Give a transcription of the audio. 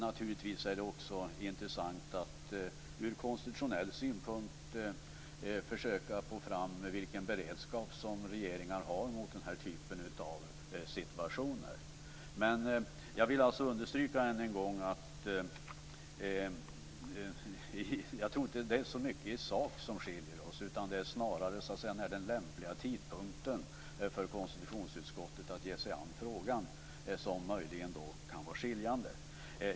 Naturligtvis är det också intressant ur konstitutionell synpunkt att försöka få fram vilken beredskap som regeringar har mot denna typ av situationer. Jag vill emellertid än en gång understryka att jag inte tror att det är så mycket i sak som skiljer oss åt utan att det snarare är när det är en lämplig tidpunkt för konstitutionsutskottet att ta sig an frågan som möjligen kan vara skiljande.